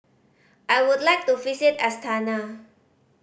I would like to visit Astana